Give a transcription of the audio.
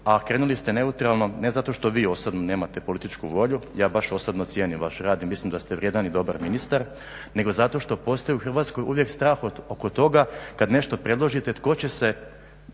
a krenuli ste neutralno ne zato što vi osobno nemate političku volju, ja baš osobno cijenim vaš rad i mislim da ste vrijedan i dobar ministar nego zato što postoje u Hrvatskoj uvijek strah oko toga kad nešto predložite tko će se